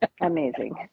amazing